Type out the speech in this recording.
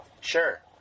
sure